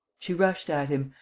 she rushed at him,